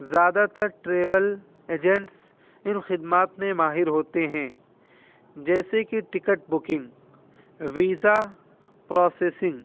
زیادہ تر travel agents ان خدمات میں ماہر ہوتے ہیں جیسے کہ ٹکٹ بکنگ ویزا پروسیسنگ